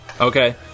Okay